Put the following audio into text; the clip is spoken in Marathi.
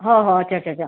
हो हो अच्छा अच्छा अच्छा